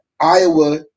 Iowa